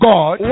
God